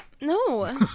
No